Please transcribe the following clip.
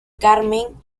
carmen